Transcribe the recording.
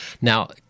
Now